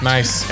Nice